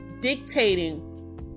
dictating